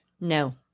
No